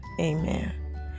Amen